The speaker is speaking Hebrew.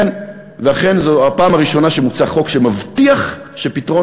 ואכן זו הפעם הראשונה שמוצע חוק שמבטיח שפתרון